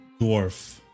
Dwarf